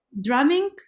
drumming